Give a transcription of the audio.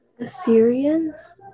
Assyrians